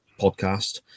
podcast